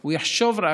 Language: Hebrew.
הוא יחשוב רק על